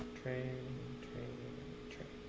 train train train